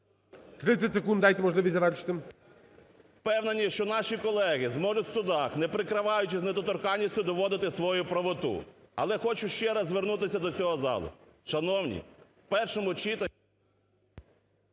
30 секунд. Дайте можливість завершити. БУРБАК М.Ю. Впевнені, що наші колеги зможуть в судах не прикриваючись недоторканністю доводи свою правоту. Але хочу ще раз звернутися до цього залу. Шановні! В першому читанні…